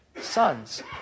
sons